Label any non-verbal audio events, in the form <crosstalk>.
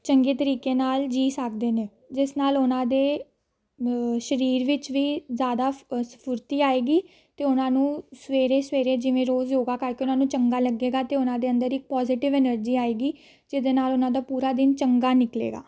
ਚੰਗੇ ਤਰੀਕੇ ਨਾਲ ਜੀ ਸਕਦੇ ਨੇ ਜਿਸ ਨਾਲ ਉਹਨਾਂ ਦੇ ਸਰੀਰ ਵਿੱਚ ਵੀ ਜ਼ਿਆਦਾ <unintelligible> ਫੁਰਤੀ ਆਏਗੀ ਅਤੇ ਉਹਨਾਂ ਨੂੰ ਸਵੇਰੇ ਸਵੇਰੇ ਜਿਵੇਂ ਰੋਜ਼ ਯੋਗਾ ਕਰਕੇ ਉਹਨਾਂ ਨੂੰ ਚੰਗਾ ਲੱਗੇਗਾ ਅਤੇ ਉਹਨਾਂ ਦੇ ਅੰਦਰ ਇੱਕ ਪੋਜ਼ੀਟਿਵ ਐਨਰਜ਼ੀ ਆਵੇਗੀ ਜਿਹਦੇ ਨਾਲ ਉਹਨਾਂ ਦਾ ਪੂਰਾ ਦਿਨ ਚੰਗਾ ਨਿਕਲੇਗਾ